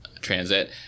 transit